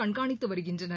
கண்காணித்து வருகின்றனர்